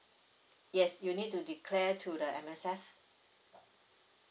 yes you'll need to declare to the M_S_F